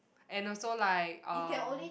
and also like uh